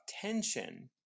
tension